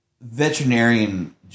veterinarian